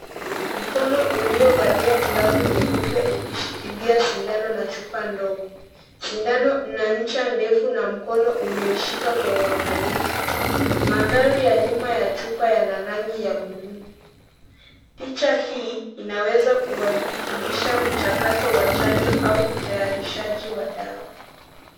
Mkono uliovalia glavu nyeupe ukishikilia sindano na chupa ndogo. Sindano ina ncha ndefu na mkono umeishika kwa uangalifu. Mandhari ya nyuma ya chupa yana rangi ya buluu. Picha hii inaweza kuwakilisha mchakato wa chanjo au utayarishaji wa dawa.